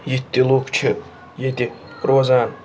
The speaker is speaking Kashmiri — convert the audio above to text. یِتھۍ تہِ لُکھ چھِ ییٚتہِ روزان